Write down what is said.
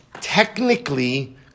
Technically